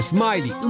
Smiley